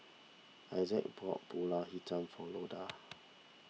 Essex bought Pulut Hitam for Loda